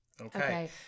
Okay